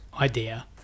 idea